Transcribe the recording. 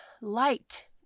light